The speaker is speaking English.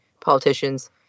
politicians